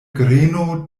greno